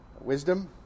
wisdom